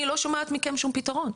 אני לא שומעת מכם שום פתרון.